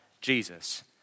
Jesus